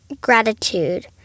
gratitude